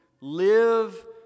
live